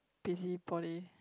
P_C poly